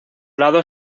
lado